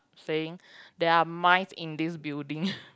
saying there are mice in this building